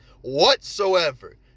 whatsoever